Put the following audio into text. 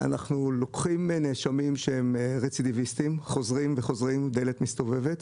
אנחנו לוקחים נאשמים שהם רצידיביסטים שחוזרים בדלת מסתובבת.